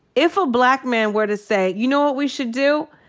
if a black man were to say, you know what we should do?